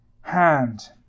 hand